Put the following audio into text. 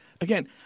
again